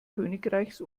königreichs